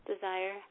desire